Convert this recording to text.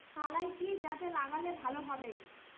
কলাই কি জাতে লাগালে ভালো হবে?